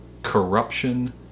corruption